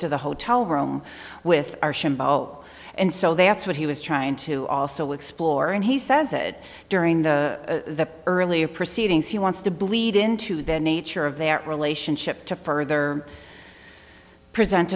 to the hotel room with archambault and so that's what he was trying to also explore and he says it during the earlier proceedings he wants to bleed into the nature of their relationship to further present